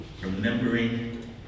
Remembering